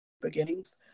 beginnings